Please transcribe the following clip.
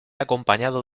acompañado